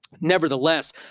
Nevertheless